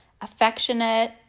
affectionate